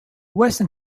western